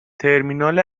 ترمینال